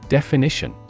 Definition